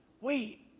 Wait